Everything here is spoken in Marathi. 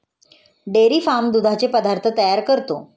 डेअरी फार्म दुधाचे पदार्थ तयार करतो